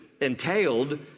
entailed